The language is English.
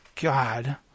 God